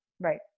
Right